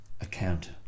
account